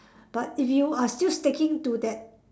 but if you are still sticking to that